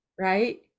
Right